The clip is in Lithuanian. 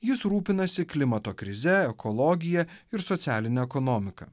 jis rūpinasi klimato krize ekologija ir socialine ekonomika